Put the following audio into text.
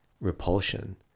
repulsion